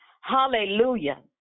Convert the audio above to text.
Hallelujah